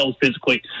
physically